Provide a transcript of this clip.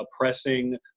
oppressing